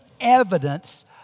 evidence